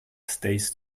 stays